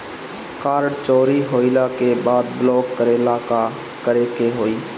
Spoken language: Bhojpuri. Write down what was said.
कार्ड चोरी होइला के बाद ब्लॉक करेला का करे के होई?